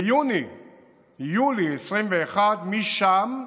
ביוני-יולי 2021, משם,